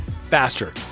faster